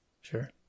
sure